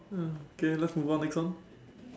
ya okay let's move on next one